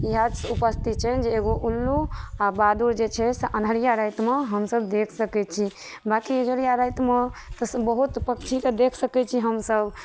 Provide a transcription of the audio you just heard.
इहए उपस्थित छनि जे एगो उल्लू आ बादुर जे छै से अन्हरिया रातिमे हमसब देख सकै छी बाँकी इजोरिया रातिमे तऽ बहुत पक्षीके देख सकैत छी हमसब